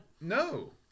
No